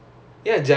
oh they are